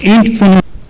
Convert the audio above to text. infinite